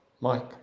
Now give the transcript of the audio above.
mike